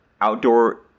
outdoor